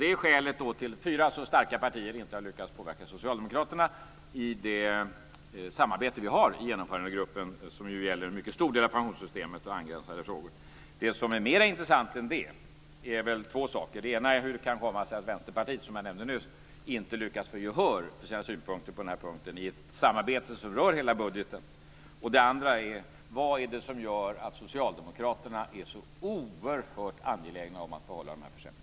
Det är skälet till att fyra så starka partier inte har lyckats påverka socialdemokraterna i det samarbete som vi har i Genomförandegruppen och som gäller en mycket stor del av pensionssystemet och angränsande frågor. Det finns två saker som är mera intressanta än detta. Den ena är hur det kan komma sig att Vänsterpartiet, som jag nyss nämnde, inte har lyckats få gehör för sina synpunkter i detta sammanhang i ett samarbete som rör hela budgeten. Den andra är vad det är som gör att socialdemokraterna är så oerhört angelägna om att behålla de här försämringarna.